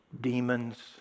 demons